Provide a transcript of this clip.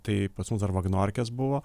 tai pas mus dar vagnorkės buvo